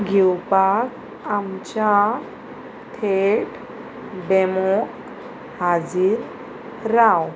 घेवपाक आमच्या थेट डॅमोक हाजीर राव